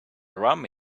rum